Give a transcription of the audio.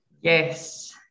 Yes